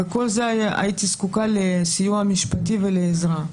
בכל זה הייתי זקוקה לסיוע משפטי ולעזרה.